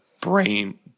brain